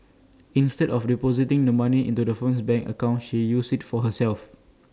instead of depositing the money into the firm's bank account she used IT for herself